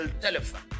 telephone